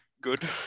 Good